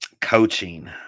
coaching